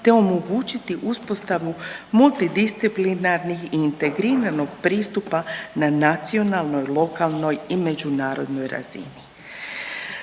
te omogućiti uspostavu multidisciplinarnih i integriranog pristupa na nacionalnoj, lokalnoj i međunarodnoj razini.